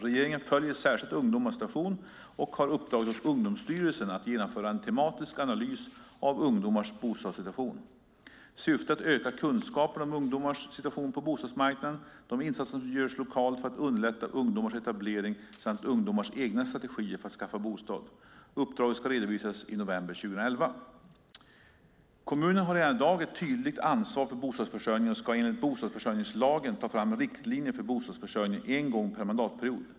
Regeringen följer särskilt ungdomars situation och har uppdragit åt Ungdomsstyrelsen att genomföra en tematisk analys av ungdomars bostadssituation. Syftet är att öka kunskaperna om ungdomars situation på bostadsmarknaden, de insatser som görs lokalt för att underlätta ungdomars etablering samt ungdomars egna strategier för att skaffa bostad. Uppdraget ska redovisas i november 2011. Kommunen har redan i dag ett tydligt ansvar för bostadsförsörjningen och ska enligt bostadsförsörjningslagen ta fram riktlinjer för bostadsförsörjningen en gång per mandatperiod.